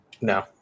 No